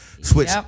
switch